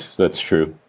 that's true.